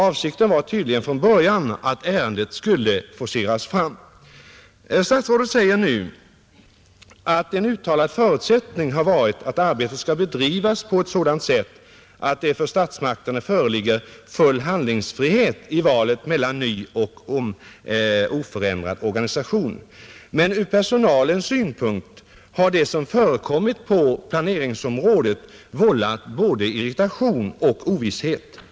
Avsikten var tydligen från början att ärendet skulle Statsrådet påstår nu: ”En uttalad förutsättning har då varit, att arbetet skall bedrivas på ett sådant sätt att det för statsmakterna föreligger full handlingsfrihet i valet mellan ny och oförändrad organisation.” Men från personalens synpunkt har det som förekommit på planeringsområdet vållat både irritation och ovisshet.